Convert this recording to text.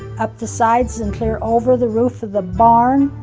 up the sides, and clear over the roof of the barn,